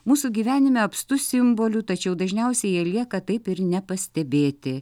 mūsų gyvenime apstu simbolių tačiau dažniausiai jie lieka taip ir nepastebėti